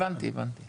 הבנתי, הבנתי.